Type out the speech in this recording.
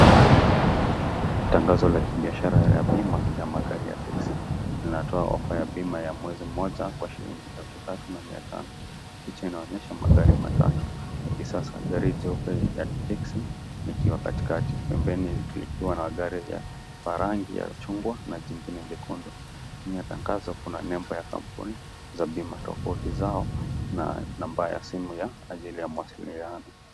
Tangazo la kibiashara la bima la magari ya taxi . Linatoa offer ya bima ya mwezi mmoja kwa shilingi elfu tatu na mia tano. Picha inaonyesha magari matatu ya kisasa, gari jeupe la taxi likiwa katikati, pembeni kukiwa na gari la rangi ya chungwa na jingine jekundu. Chini ya tangazo kuna nembo ya kampuni za bima tofauti zao na namba ya simu ya ajili ya mawasiliano.